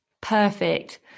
perfect